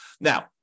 Now